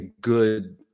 good